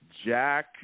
Jack